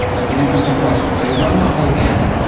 that's an interesting question. they run the whole gamut,